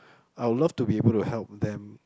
I'll love to be able to help them